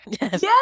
yes